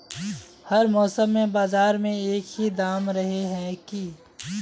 हर मौसम में बाजार में एक ही दाम रहे है की?